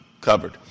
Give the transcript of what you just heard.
covered